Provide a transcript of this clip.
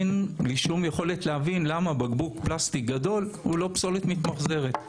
אין לי שום יכולת להבין למה בקבוק פלסטיק גדול הוא לא פסולת מתמחזרת?